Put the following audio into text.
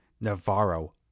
Navarro